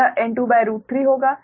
यह N23 होगा